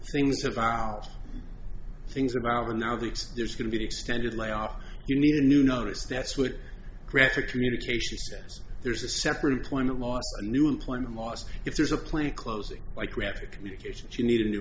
things about things about are now these there's going to be extended layoff you need a new notice that's what graphic communication there's a separate employment law new employment laws if there's a plant closing like graphic communications you need a new